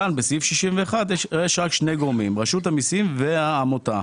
כאן באישור לעניין סעיף 61 יש רק שני גורמים: רשות המיסים והעמותה.